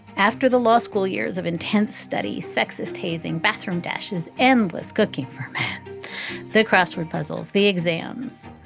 after the law school years of intense study, sexist hazing, bathroom dashes, endless cooking from the crossword puzzles, the exams,